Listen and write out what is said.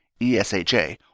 ESHA